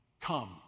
Come